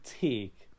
take